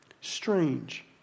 strange